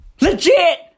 Legit